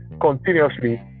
continuously